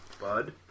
Bud